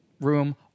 room